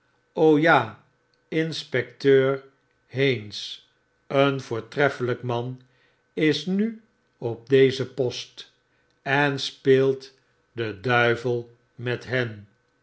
ja inspecteur haynes een voortreffelflk man is nu op deze post en speelt den duivel met hen